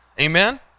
amen